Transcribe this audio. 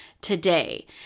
today